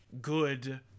good